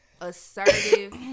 assertive